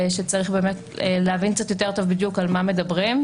שצריך באמת להבין קצת יותר טוב בדיוק על מה מדברים,